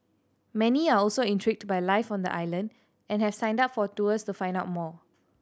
many are also intrigued by life on the island and have signed up for tours to find out more